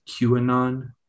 QAnon